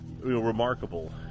remarkable